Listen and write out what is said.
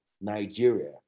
Nigeria